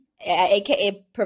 aka